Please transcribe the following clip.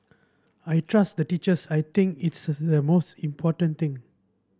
I trust the teachers I think it's the most important thing